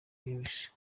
lewis